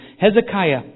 Hezekiah